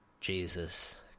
Jesus